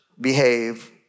behave